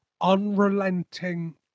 unrelenting